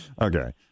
Okay